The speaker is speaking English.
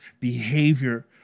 behavior